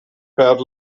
per